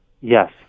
Yes